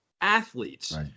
athletes